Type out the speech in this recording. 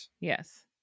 Yes